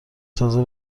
تازه